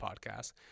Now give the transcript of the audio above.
podcast